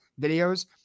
videos